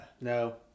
no